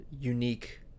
unique